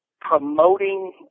promoting